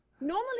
Normally